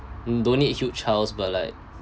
donate huge house but like